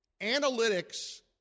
analytics